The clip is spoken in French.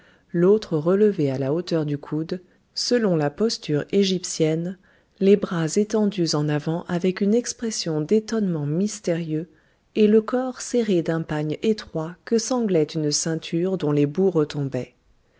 l'autre relevée à la hauteur du coude selon la posture égyptienne les bras étendus en avant avec une expression d'étonnement mystérieux et le corps serré d'un pagne étroit que sanglait une ceinture dont les bouts retombaient